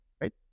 right